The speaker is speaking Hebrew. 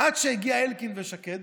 עד שהגיעו אלקין ושקד,